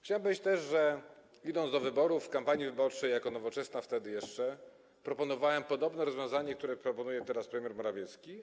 Chciałem powiedzieć też, że idąc do wyborów, w trakcie kampanii wyborczej Nowoczesnej wtedy jeszcze, proponowałem podobne rozwiązanie, które proponuje teraz premier Morawiecki.